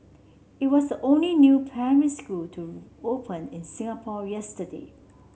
it was the only new primary school to open in Singapore yesterday